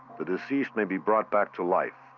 the deceased may be brought back to life.